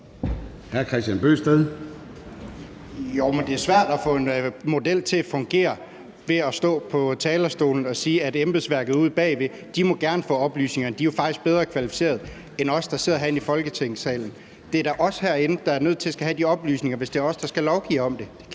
Kristian Bøgsted (DD): Jo, men det er svært at få en model til at fungere ved at stå på talerstolen og sige, at embedsværket ude bagved gerne må få oplysninger, og at de faktisk er bedre kvalificeret end os, der sidder herinde i Folketingssalen. Det er da os herinde, der er nødt til at skulle have de oplysninger, hvis det er os, der skal lovgive om det